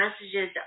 messages